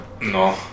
No